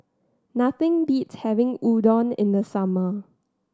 nothing beats having Udon in the summer